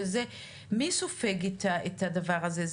מי סופג את הדבר הזה?